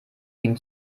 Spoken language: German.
ihm